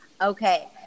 Okay